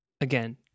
Again